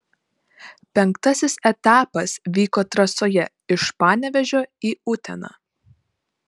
penktasis etapas vyko trasoje iš panevėžio į uteną